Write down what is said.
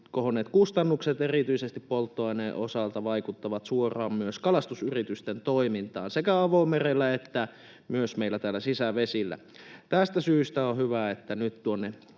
kohonneet kustannukset erityisesti polttoaineen osalta vaikuttavat suoraan myös kalastusyritysten toimintaan sekä avomerellä että myös meillä täällä sisävesillä. Tästä syystä on hyvä, että nyt tuonne